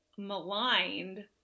maligned